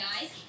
guys